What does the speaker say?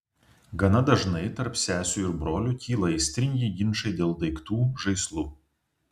gana dažnai tarp sesių ir brolių kyla aistringi ginčai dėl daiktų žaislų